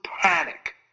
panic